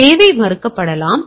எனவே சேவை மறுக்கப்படலாம்